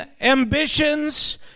ambitions